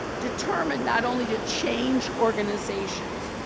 determined not only to change organizations,